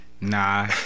Nah